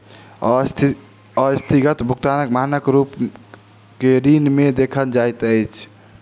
अस्थगित भुगतानक मानक ऋण के रूप में देखल जाइत अछि